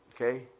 Okay